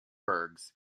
burghs